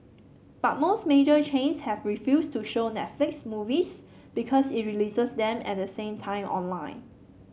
but most major chains have refused to show Netflix movies because it releases them at the same time online